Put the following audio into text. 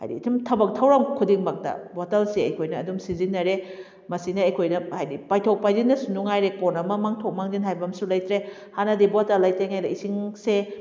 ꯍꯥꯏꯗꯤ ꯑꯗꯨꯝ ꯊꯕꯛ ꯊꯧꯔꯝ ꯈꯨꯗꯤꯡꯃꯛꯇ ꯕꯣꯇꯜꯁꯦ ꯑꯩꯈꯣꯏꯅ ꯑꯗꯨꯝ ꯁꯤꯖꯤꯟꯅꯔꯦ ꯃꯁꯤꯅ ꯑꯩꯈꯣꯏꯅ ꯍꯥꯏꯗꯤ ꯄꯥꯏꯊꯣꯛ ꯄꯥꯏꯁꯤꯟꯗꯁꯨ ꯅꯨꯡꯉꯥꯏꯔꯦ ꯀꯣꯟ ꯑꯃ ꯃꯥꯡꯊꯣꯛ ꯃꯥꯡꯖꯤꯟ ꯍꯥꯏꯕ ꯑꯃꯁꯨ ꯂꯩꯇ꯭ꯔꯦ ꯍꯥꯟꯅꯗꯤ ꯕꯣꯇꯜ ꯂꯩꯇ꯭ꯔꯤꯉꯩꯗ ꯏꯁꯤꯡꯁꯦ